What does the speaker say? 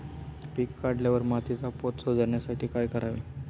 पीक काढल्यावर मातीचा पोत सुधारण्यासाठी काय करावे?